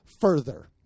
further